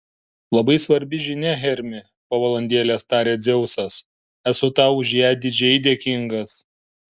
labai svarbi žinia hermi po valandėlės tarė dzeusas esu tau už ją didžiai dėkingas